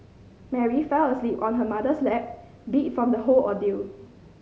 Mary fell asleep on her mother's lap beat from the whole ordeal